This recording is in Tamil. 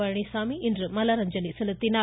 பழனிசாமி இன்று மலரஞ்சலி செலுத்தினார்